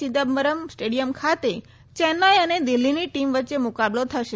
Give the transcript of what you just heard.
Chidambaram stadium ખાતે ચેન્નાઇ અને દિલ્હીની ટીમ વચ્ચે મુકાબલો થશે